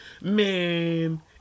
Man